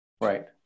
Right